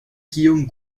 guillaume